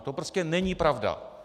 To prostě není pravda.